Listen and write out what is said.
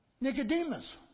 Nicodemus